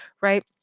right